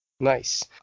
Nice